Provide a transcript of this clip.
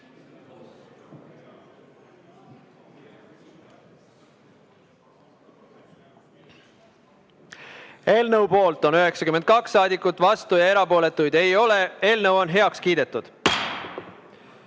Eelnõu poolt on 92 saadikut, vastuolijaid ja erapooletuid ei ole. Eelnõu on heaks kiidetud.